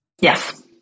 Yes